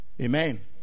Amen